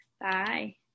Bye